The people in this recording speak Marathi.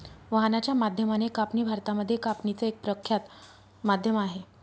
वाहनाच्या माध्यमाने कापणी भारतामध्ये कापणीच एक प्रख्यात माध्यम आहे